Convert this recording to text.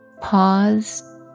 pause